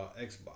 Xbox